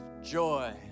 joy